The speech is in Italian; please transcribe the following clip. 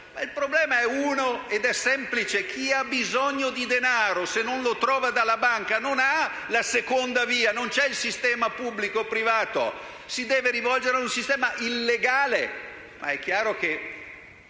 Il problema è uno ed è semplice: chi ha bisogno di denaro e non lo trova in banca non ha una seconda via, non c'è il sistema pubblico o privato, ma si deve rivolgere ad un sistema illegale!